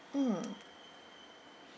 mm